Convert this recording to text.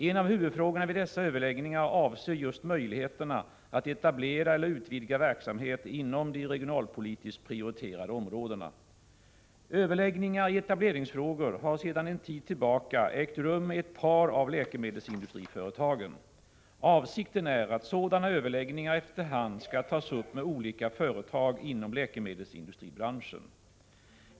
En av huvudfrågorna vid dessa överläggningar avser just möjligheterna att etablera eller utvidga verksamhet inom de regionalpolitiskt prioriterade områdena. Överläggningar i etableringsfrågor har sedan en tid tillbaka ägt rum med ett par av läkemedelsindustriföretagen. Avsikten är att sådana överläggningar efter hand skall tas upp med olika företag inom läkemedelsindustribranschen.